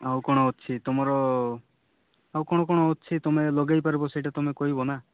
ଆଉ କ'ଣ ଅଛି ତମର ଆଉ କ'ଣ କ'ଣ ଅଛି ତମେ ଲଗେଇ ପାରିବ ସେଇଟା ତମେ କହିବ ନା